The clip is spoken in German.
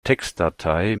textdatei